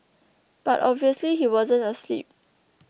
but obviously he wasn't asleep